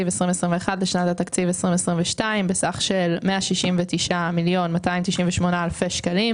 2021 לשנת התקציב 2022 בסך של 169,296,000 שקלים,